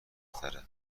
بهتره